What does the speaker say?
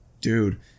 Dude